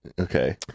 okay